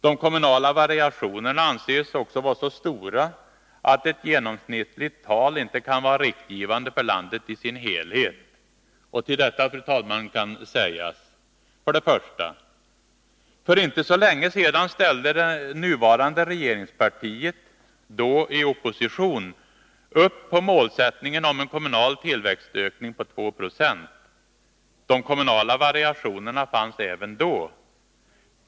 De kommunala variationerna anses också vara så stora att ett genomsnittligt tal inte kan vara riktgivande för landet i sin helhet. Till detta, fru talman, kan sägas: 1. För inte så länge sedan ställde det nuvarande regeringspartiet — då i opposition — upp målsättningen om en kommunal tillväxtökning på 2 26. De kommunala variationerna fanns även då!